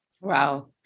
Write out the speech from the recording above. Wow